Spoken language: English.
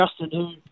Justin